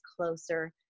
closer